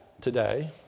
today